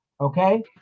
Okay